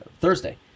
Thursday